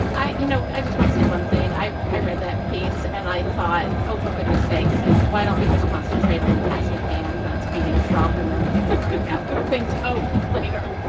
you know i just want to say one thing i i read that piece and i thought oh for goodness sakes why don't we just concentrate on the task at hand that's beating trump and then we could worry about where things go later.